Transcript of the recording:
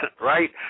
right